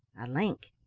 a link,